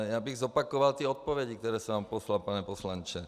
Já bych zopakoval odpovědi, které jsem vám poslal, pane poslanče.